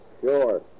Sure